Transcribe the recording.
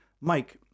Mike